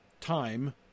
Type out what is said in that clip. time